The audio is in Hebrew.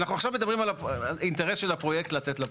אנחנו עכשיו מדברים על האינטרס של הפרויקט לצאת לפועל,